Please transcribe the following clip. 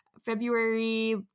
February